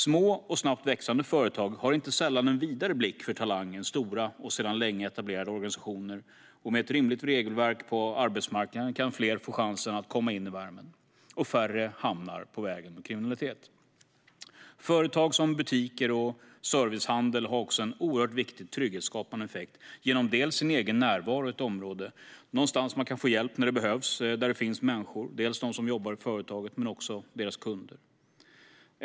Små och snabbt växande företag har inte sällan en vidare blick för talang än stora och sedan länge etablerade organisationer. Med ett rimligt regelverk på arbetsmarknaden kan fler få chansen att komma in i värmen. Det skulle också leda till att färre hamnar på vägen mot kriminalitet. Företag som butiker och servicehandel har också en oerhört viktig trygghetsskapande effekt genom sin egen närvaro i ett område. De är någonstans där man kan få hjälp när det behövs och där det finns människor, både sådana som jobbar i företaget och deras kunder.